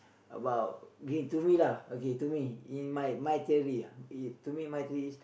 about to me lah okay to me in my my theory ah in to me my theory is